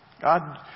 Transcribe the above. God